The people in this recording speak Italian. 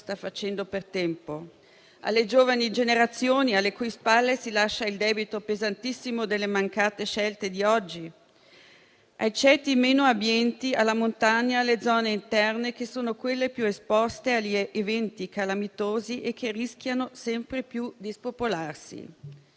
facendo per tempo, alle giovani generazioni sulle cui spalle si lascia il debito pesantissimo delle mancate scelte di oggi, ai ceti meno abbienti, alla montagna, alle zone interne che sono quelle più esposte agli eventi calamitosi e che rischiano sempre più di spopolarsi.